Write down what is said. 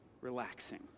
relaxing